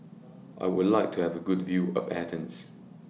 I Would like to Have A Good View of Athens